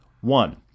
one